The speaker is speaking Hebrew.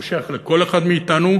הוא שייך לכל אחד מאתנו,